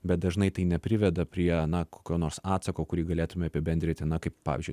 bet dažnai tai nepriveda prie kokio nors atsako kurį galėtume apibendryti na kaip pavyzdžiui